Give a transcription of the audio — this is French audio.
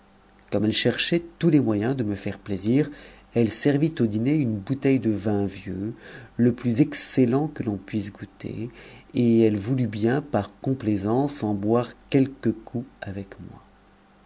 comme elle cherchait tous les moyens de me faire plaisir elle servit au dîner une bouteille de vin vieux le plus excellent que l'on puisse goûter et elle voulut bien par complaisance en boire quelques coups avec moi